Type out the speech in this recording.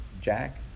jack